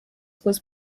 was